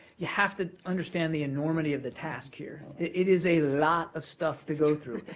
you have to understand the enormity of the task here. it is a lot of stuff to go through.